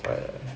but